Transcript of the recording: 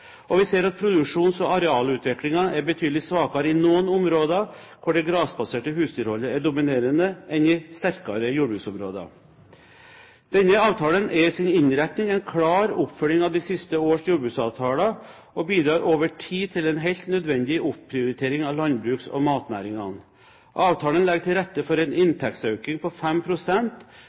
Og vi ser at produksjons- og arealutviklingen er betydelig svakere i noen områder hvor det grasbaserte husdyrholdet er dominerende, enn den er i sterkere jordbruksområder. Denne avtalen er i sin innretning en klar oppfølging av de siste års jordbruksavtaler og bidrar over tid til en helt nødvendig opprioritering av landbruks- og matnæringene. Avtalen legger til rette for en inntektsøkning på